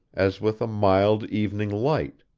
as with a mild evening light.